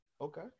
Okay